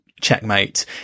checkmate